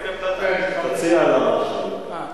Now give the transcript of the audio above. תציע לה משהו.